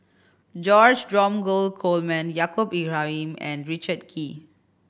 George Dromgold Coleman Yaacob Ibrahim and Richard Kee